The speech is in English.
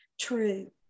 true